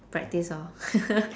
practice lor